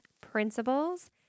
principles